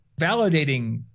validating